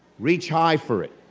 reach high for it,